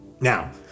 Now